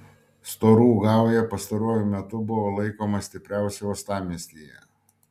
storų gauja pastaruoju metu buvo laikoma stipriausia uostamiestyje